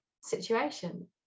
situation